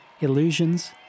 Illusions